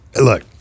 look